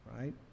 right